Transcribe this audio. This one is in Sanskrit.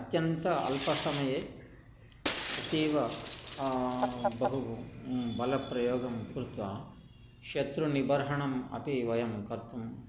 अत्यन्त अल्प समये अतीव बहु बलप्रयोगं कृत्वा शत्रुनिबर्हणम् अपि वयं कर्तुं